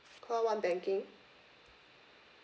call one banking